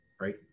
right